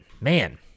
man